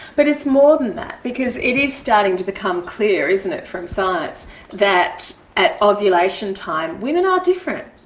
but it's more than that because it is starting to become clear, isn't it, from science that at ovulation time women are different.